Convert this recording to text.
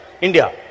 India